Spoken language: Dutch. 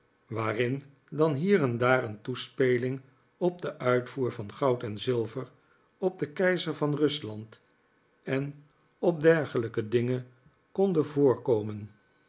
waarin dan hier en daar een toespeling op den uitvoer van goud en zilver op den keizer van rusland en op dergelijke dingen konden voorkomen